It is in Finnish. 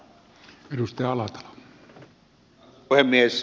arvoisa puhemies